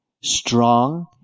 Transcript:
strong